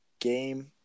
game